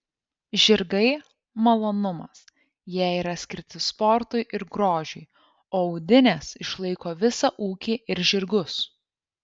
žirgai malonumas jie yra skirti sportui ir grožiui o audinės išlaiko visą ūkį ir žirgus